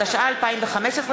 התשע"ה 2015,